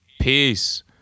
Peace